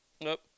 Nope